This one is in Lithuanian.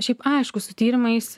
šiaip aišku su tyrimais